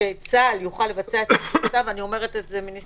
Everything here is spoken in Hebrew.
שצה"ל יוכל לבצע את משימותיו אני אומרת זאת מתוך